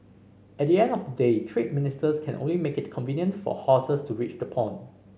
at the end of the day trade ministers can only make it convenient for horses to reach the pond